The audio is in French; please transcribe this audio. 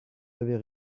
avez